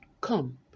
Come